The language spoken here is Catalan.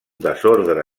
desordre